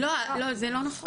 לא, זה לא נכון.